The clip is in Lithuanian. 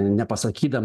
nepasakydama aiškiai